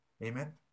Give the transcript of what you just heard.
Amen